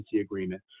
agreement